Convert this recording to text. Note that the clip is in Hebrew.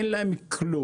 אין להם כלום,